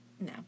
no